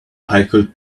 pickled